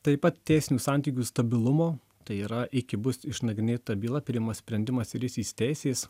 taip pat teisinių santykių stabilumo tai yra iki bus išnagrinėta byla priimamas sprendimas ir jis įsiteisės